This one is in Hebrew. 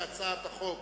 ההצעה להעביר את הצעת חוק